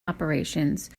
operations